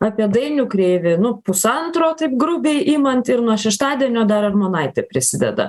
apie dainių kreivį nu pusantro taip grubiai imant ir nuo šeštadienio dar armonaitė prisideda